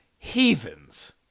Heathens